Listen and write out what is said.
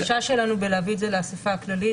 הגישה שלנו בלהביא את זה לאסיפה הכללית,